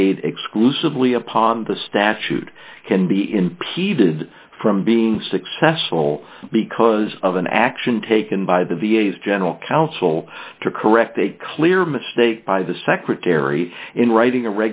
made exclusively upon the statute can be impeded from being successful because of an action taken by the v a s general counsel to correct a clear mistake by the secretary in writing a